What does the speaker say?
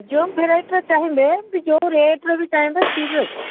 ଯେଉଁ ଭେରାଇଟିର ଚାହିଁବେ ବି ଯେଉଁ ରେଟର ବି ଚାହିଁବେ ସେ ବି ଅଛି